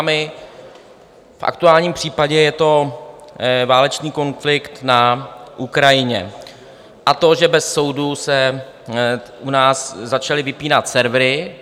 V aktuálním případě je to válečný konflikt na Ukrajině a to, že bez soudu se u nás začaly vypínat servery.